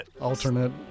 alternate